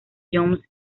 jones